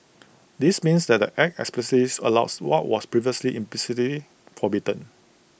this means that the act explicitly allows what was previously implicitly forbidden